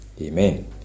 Amen